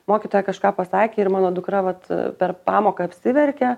mokytoja kažką pasakė ir mano dukra vat per pamoką apsiverkė